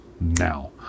now